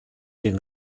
den